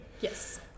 Yes